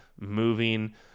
moving